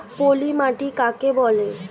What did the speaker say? পলি মাটি কাকে বলে?